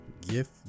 gift